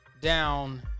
down